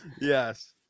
Yes